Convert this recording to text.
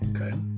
Okay